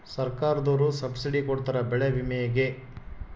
ಸರ್ಕಾರ್ದೊರು ಸಬ್ಸಿಡಿ ಕೊಡ್ತಾರ ಬೆಳೆ ವಿಮೆ ಗೇ